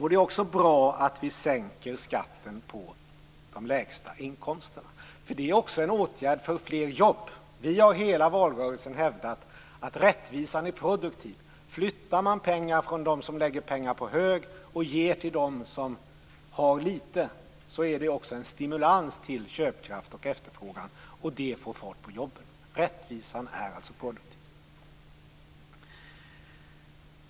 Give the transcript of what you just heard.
Det är också bra att vi sänker skatten på de lägsta inkomsterna. Det är också en åtgärd för fler jobb. Vi har under hela valrörelsen hävdat att rättvisan är produktiv. Om man flyttar pengar från dem som lägger pengar på hög och ger till dem som har litet är det också en stimulans till köpkraft och efterfrågan. Det får fart på jobben. Rättvisan är alltså produktiv.